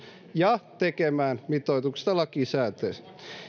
ja tekemään mitoituksesta lakisääteisen